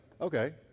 Okay